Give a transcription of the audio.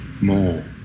More